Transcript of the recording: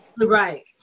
Right